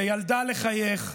לילדה לחייך,